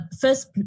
First